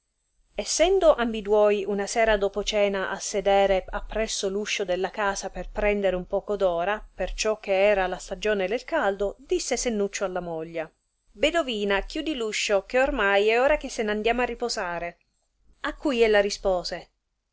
essendo ambiduoi una sera dopo cena a sedere appresso l uscio della casa per prendere un poco d'ora perciò che era la stagione del caldo disse sennuccio alla moglie bedovina chiudi l'uscio che ormai è ora che se n'andiam a riposare a cui ella rispose